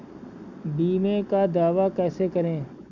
बीमे का दावा कैसे करें?